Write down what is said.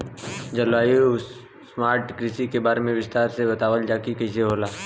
जलवायु स्मार्ट कृषि के बारे में विस्तार से बतावल जाकि कइसे होला?